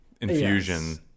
infusion